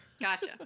gotcha